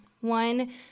One